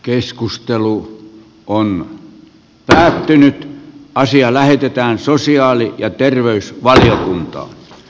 keskustelu on päättynyt ja asia lähetetään sosiaali ja terveysvaliokuntaa